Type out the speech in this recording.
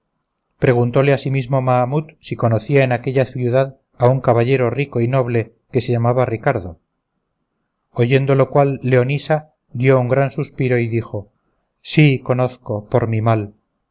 de trápana preguntóle asimismo mahamut si conocía en aquella ciudad a un caballero rico y noble que se llamaba ricardo oyendo lo cual leonisa dio un gran suspiro y dijo sí conozco por mi mal